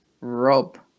Rob